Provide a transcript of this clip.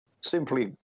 simply